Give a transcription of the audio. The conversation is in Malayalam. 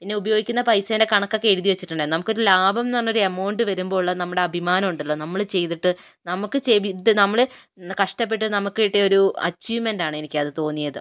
പിന്നെ ഉപയോഗിക്കുന്ന പൈസയുടെ കണക്കൊക്കെ എഴുതി വച്ചിട്ടുണ്ടായിരുന്നു നമുക്ക് ഒരു ലാഭം എന്ന് പറഞ്ഞ ഒരു എമൌണ്ട് വരുമ്പോഴുള്ള നമ്മുടെ ഒരു അഭിമാനം ഉണ്ടല്ലോ നമ്മള് ചെയ്തിട്ട് നമുക്ക് ചെബി നമ്മള് കഷ്ടപ്പെട്ട് നമുക്ക് കിട്ടിയ ഒരു അചീവ്മെന്റ് ആണ് എനിക്കത് തോന്നിയത്